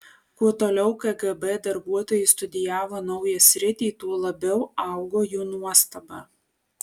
kuo toliau kgb darbuotojai studijavo naują sritį tuo labiau augo jų nuostaba